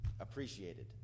appreciated